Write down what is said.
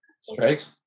strikes